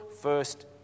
first